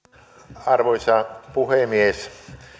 arvoisa puhemies